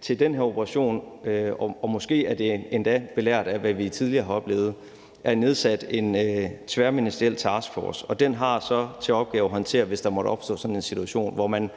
til den her operation, måske endda belært af, hvad vi tidligere har oplevet, er nedsat en tværministeriel taskforce, og den har så til opgave at håndtere sådan en situation, hvis den måtte opstå, og hvor man,